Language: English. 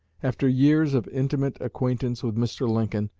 after years of intimate acquaintance with mr. lincoln,